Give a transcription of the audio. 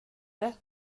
det